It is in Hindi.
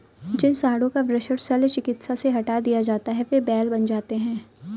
जिन साँडों का वृषण शल्य चिकित्सा से हटा दिया जाता है वे बैल बन जाते हैं